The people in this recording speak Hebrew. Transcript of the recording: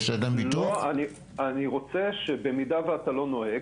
אני רוצה שאם אינך נוהג,